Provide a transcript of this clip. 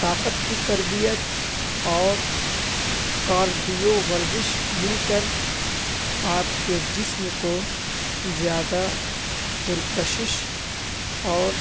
طاقت کی تربیت اور کارڈیو ورزش مل کر آپ کے جسم کو زیادہ پرکشش اور